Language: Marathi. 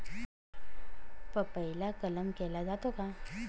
पपईला कलम केला जातो का?